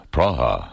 Praha